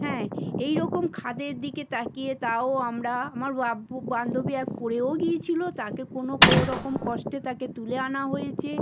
হ্যাঁ এই রকম খাদের দিকে তাকিয়ে তাও আমরা আমার বাবু বান্ধবী এক পড়েও গিয়েছিলো তাকে কোনো কো রকম কষ্টে তাকে তুলে আনা হয়েছে